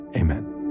amen